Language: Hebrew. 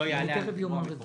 לא יעלה על מחירו המקורי.